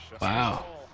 Wow